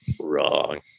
Wrong